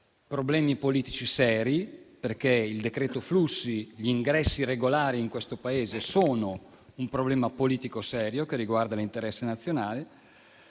problemi politici seri - il decreto flussi e gli ingressi regolari in questo Paese sono un problema politico serio che riguarda l'interesse nazionale